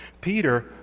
Peter